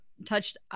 touched